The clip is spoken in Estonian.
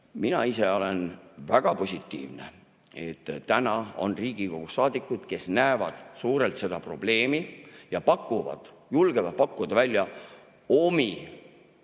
Mina ise olen väga positiivne, et täna on siin Riigikogu saadikuid, kes näevad suurelt seda probleemi ja julgevad pakkuda välja omi